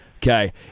Okay